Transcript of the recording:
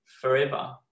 forever